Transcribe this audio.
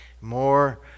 more